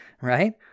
right